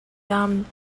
dame